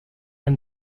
and